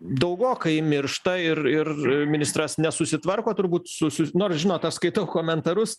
daugokai miršta ir ir ministras nesusitvarko turbūt su su nors žinot aš skaitau komentarus